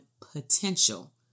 potential